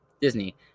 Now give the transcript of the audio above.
Disney